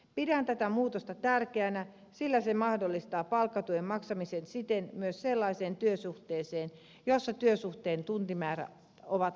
pidän tätä muutosta tärkeänä sillä se mahdollistaa palkkatuen maksamisen siten myös sellaiseen työsuhteeseen jossa työsuhteen tuntimäärät ovat alhaisia